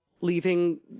leaving